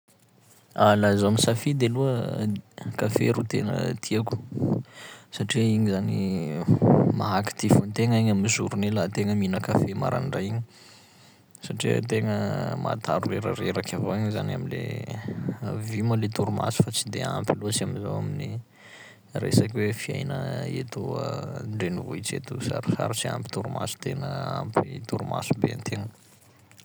Laha zaho misafidy aloha kafe ro tena tiako satria igny zany maha-actif an-tegna igny amy journée laha an-tegna mihina kafe marandraigny, satria an-tegna mahataro rerareraky avao igny zany am'le a- vue moa le torimaso fa tsy de ampy loatsy amizao amin'ny resaky hoe fiaina eto an-drenivohitsy eto sarotsarotsy ahampy torimaso tena ampy torimaso be an-tegna.